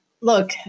look